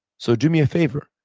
so do me a favor,